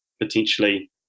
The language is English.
potentially